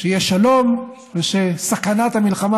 שיהיה שלום ושסכנת המלחמה,